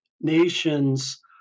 nations